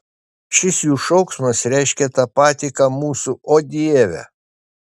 šis jų šauksmas reiškia tą patį ką mūsų o dieve